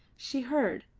she heard,